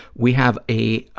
we have a